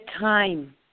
time